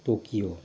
Tokyo